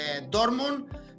Dortmund